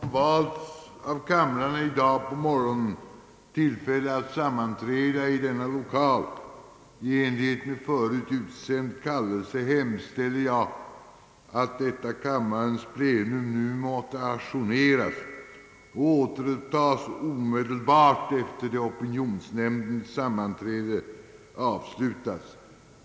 För att bereda den opinionsnämnd som valts av kamrarna i dag på morgonen tillfälle att sammanträda i denna lokal i enlighet med förut utsänd kallelse hemställer jag att kammarens plenum nu måtte ajourneras för att återupptas omedelbart efter det opinionsnämndens sammanträde avslutats.